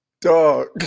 Dog